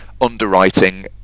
underwriting